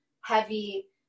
heavy